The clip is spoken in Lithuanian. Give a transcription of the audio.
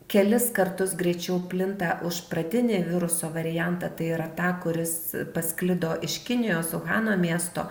kelis kartus greičiau plinta už pradinį viruso variantą tai yra tą kuris pasklido iš kinijos uhano miesto